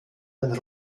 den